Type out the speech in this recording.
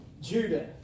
Judah